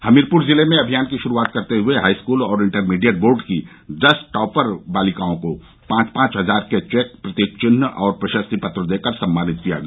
हमीरपुर जिले में अभियान की शुरूआत करते हए हाईस्कूल और इण्टरमीडियट बोर्ड की दस टापर बालिकाओं को पॉच पॉच हजार के चेक प्रतीक चिन्ह और प्रशर्ति पत्र देकर सम्मानित किया गया